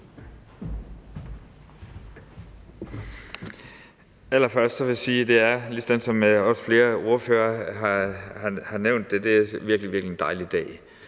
Allerførst vil jeg sige, at det, som flere ordførere har nævnt det, er en virkelig, virkelig dejlig dag.